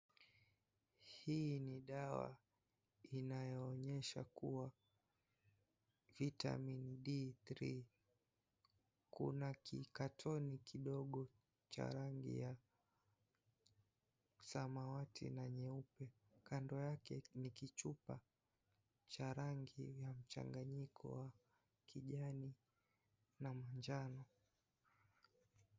Hii ni dawa inayonyesha kuwa vitamini D3. Kuna kikatoni kidogo cha rangi ya samawati na nyeupe, kando yake ni kichupa cha rangi ya mchanganyiko wa kijani na manjano.